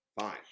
fine